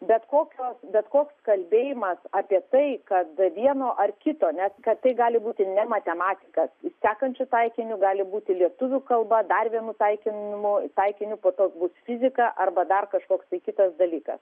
bet kokio bet koks kalbėjimas apie tai kada vieno ar kito nes tai gali būti ne matematikas sekančiu taikiniu gali būti lietuvių kalba dar vienu taikinimu taikiniu po to bus fizika arba dar kažkoks tai kitas dalykas